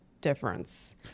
difference